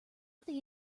fill